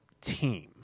team